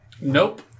Nope